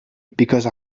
because